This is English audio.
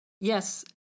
yes